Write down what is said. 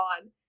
on